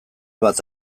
bat